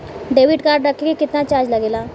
Debit card रखे के केतना चार्ज लगेला?